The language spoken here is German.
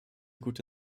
gute